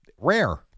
rare